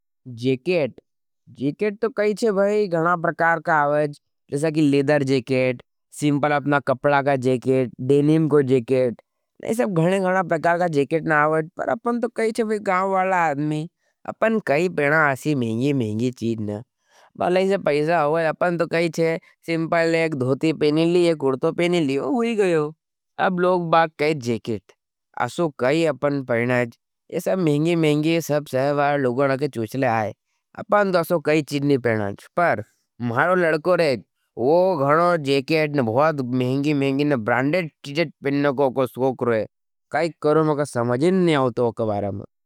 Jacket? Jacket तो कही छे भाई गणा प्रकार का आवज्ज। प्रसा की लेधर जेकेट, सिम्पल अपना कपड़ा का जेकेट, डेनीम को जेकेट, नहीं सब गणे गणा प्रकार का जेकेट ना आवज्ज। पर अपन तो कही छे भी गाँवाला आदमी, अपन कही पेना आसी महिंगी महिंगी चीज ना। बलाई से पैसा होगा, अपन तो कही छे सिम्पल एक धोती पेनी ली, एक उड़तो पेनी ली, उह हुई गयो। तब लोग बात कही जेकेट, असो कही अपन पेना आज। ये सब महिंगी महिंगी, ये सब सहवार लुगण के चुछले आए, अपन दोसो कही चीज नी पेना आज। पर मारो लड़को रहे, वो घणो जेकेट न भुवत महिंगी महिंगी न ब्रांडेट चीज पेना को कोई सोक रहे, काई करो मग़ा समझेन ने आउतो कबारम।